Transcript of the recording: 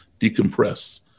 decompress